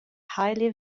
highly